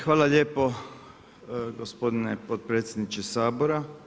Hvala lijepo gospodine potpredsjedniče Sabora.